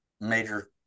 major